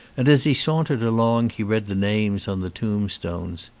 and as he sauntered along he read the names on the tomb stones.